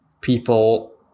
people